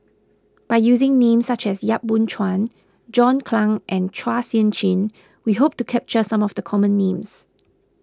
by using names such as Yap Boon Chuan John Clang and Chua Sian Chin we hope to capture some of the common names